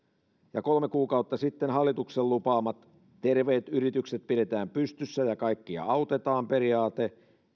ja hallituksen kolme kuukautta sitten lupaama terveet yritykset pidetään pystyssä ja kaikkia autetaan periaate